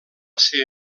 ser